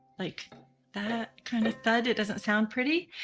like that ah kind of thud, it doesn't sound pretty.